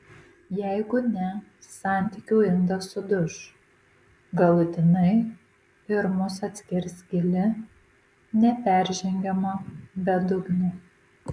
jeigu ne santykių indas suduš galutinai ir mus atskirs gili neperžengiama bedugnė